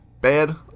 bad